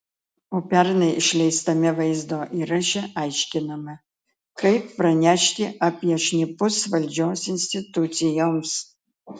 o pernai išleistame vaizdo įraše aiškinama kaip pranešti apie šnipus valdžios institucijoms